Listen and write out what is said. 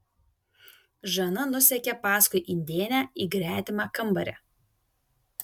žana nusekė paskui indėnę į gretimą kambarį